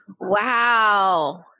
Wow